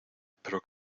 pero